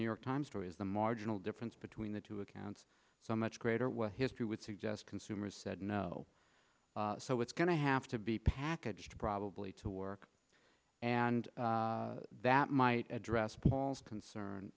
new york times story is the marginal difference between the two accounts so much greater what history would suggest consumers said no so it's going to have to be packaged probably to work and that might address paul's concern